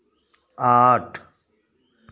आठ